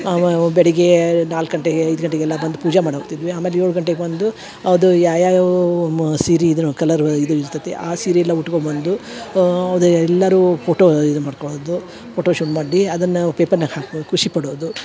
ಅವ ಓ ಬೆಳಿಗ್ಗೆ ನಾಲ್ಕು ಗಂಟೆಗೆ ಐದು ಗಂಟೆಗೆಲ್ಲ ಬಂದು ಪೂಜೆ ಮಾಡಿ ಹೊಗ್ತಿದ್ವಿ ಆಮೇಲೆ ಏಳು ಗಂಟೆಗೆ ಬಂದು ಅದು ಯಾಯಾಯವೂ ಮು ಸೀರೆ ಇದುರು ಕಲ್ಲರ್ ವ ಇದು ಇರ್ತತಿ ಆ ಸೀರೆ ಎಲ್ಲ ಉಟ್ಕೊ ಬಂದು ಅದೇ ಎಲ್ಲಾರು ಫೋಟೊ ಇದನ್ನ ಮಾಡ್ಕೊಳದು ಫೋಟೊ ಶೂಟ್ ಮಾಡಿ ಅದನ್ನ ಪೇಪರ್ನ್ಯಾಗ ಹಾಕೋ ಖುಷಿ ಪಡೋದು